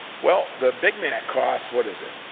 well, the big mac costs, what is it?